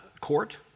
court